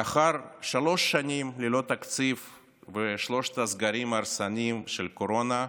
לאחר שלוש שנים ללא תקציב ושלושת הסגרים ההרסניים של הקורונה,